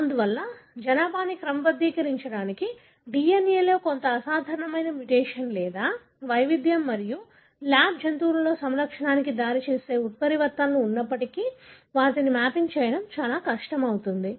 అందువల్ల జనాభాను క్రమబద్ధీకరించడానికి DNA లో కొంత అసాధారణమైన మ్యుటేషన్ లేదా వైవిధ్యం మరియు ల్యాబ్ జంతువులలో సమలక్షణానికి దారితీసే ఉత్పరివర్తనలు ఉన్నప్పటికీ వాటిని మ్యాపింగ్ చేయడం చాలా కష్టం అవుతుంది